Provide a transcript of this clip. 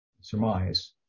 surmise